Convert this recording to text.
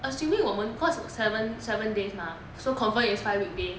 assuming 我们 seven seven days mah so confirm is five weekday